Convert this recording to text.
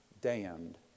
damned